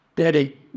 Daddy